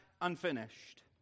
unfinished